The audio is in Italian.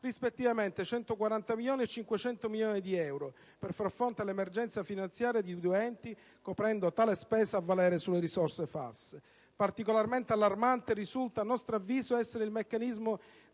rispettivamente 140 e 500 milioni di euro, per far fronte all'emergenza finanziaria dei due enti, coprendo tale spesa a valere sulle risorse FAS. Particolarmente allarmante risulta essere, a nostro avviso, il meccanismo